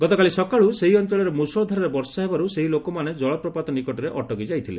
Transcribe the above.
ଗତକାଲି ସକାଳ ସେହି ଅଞ୍ଚଳରେ ମ୍ରଷଳ ଧାରାରେ ବର୍ଷା ହେବାର୍ ସେହି ଲୋକମାନେ କଳପ୍ରପାତ ନିକଟରେ ଅଟକି ଯାଇଥିଲେ